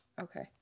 Okay